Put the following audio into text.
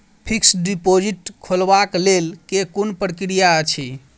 Fixed deposit खोलबाक लेल केँ कुन प्रक्रिया अछि?